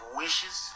wishes